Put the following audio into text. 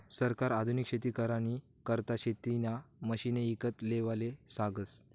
सरकार आधुनिक शेती करानी करता शेतीना मशिने ईकत लेवाले सांगस